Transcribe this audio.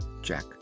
Jack